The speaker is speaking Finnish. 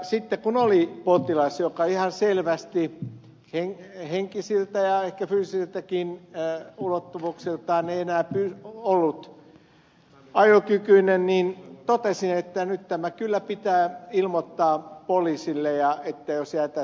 sitten kun oli potilas joka ihan selvästi ei henkisiltä eikä ehkä fyysisiltäkään ulottuvuuksiltaan enää ollut ajokykyinen niin totesin että nyt tämä kyllä pitää ilmoittaa poliisille että jos jätät kortin tänne